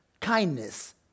kindness